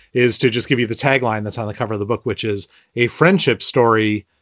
is to just give you the tagline that's on the cover of the book, which is a friendship story,